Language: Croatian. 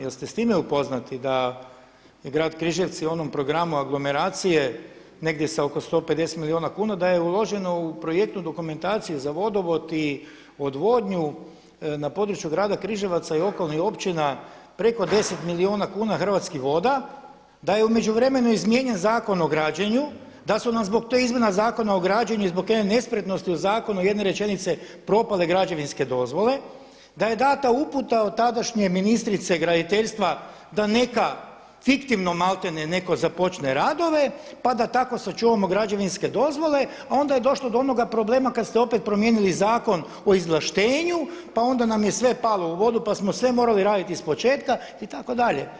Jeste li s time upoznati da je Grad Križevci u onom programu aglomeracije negdje sa 150 milijuna kuna da je uloženo u projektnu dokumentaciju za vodovod i odvodnju na području Grada Križevaca i okolnih općina preko 10 milijuna kuna Hrvatskih voda, da je u međuvremenu izmijenjen Zakon o građenju, da su nam zbog tih izmjena Zakona o građenju i zbog nespretnosti u zakonu jedne rečenice propale građevinske dozvole, da je dana uputa od tadašnje ministrice graditeljstva da neka fiktivno maltene netko započne radove, pa da tako sačuvamo građevinske dozvole, pa onda je došlo do onoga problema kada ste opet promijenili Zakon o izvlaštenju, pa onda nam je sve palo u vodu, pa smo sve morali raditi iz početka itd.